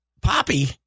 Poppy